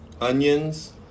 onions